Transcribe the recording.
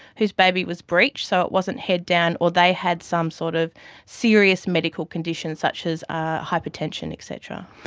whose baby was breech, so it wasn't head down, or they had some sort of serious medical conditions such as ah hypertension, et cetera.